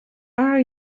are